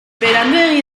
beranduegi